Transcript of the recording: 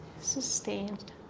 sustained